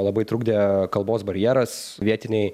labai trukdė kalbos barjeras vietiniai